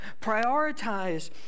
Prioritize